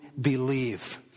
believe